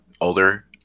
older